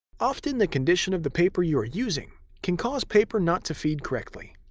often the condition of the paper you are using can cause paper not to feed correctly.